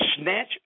snatch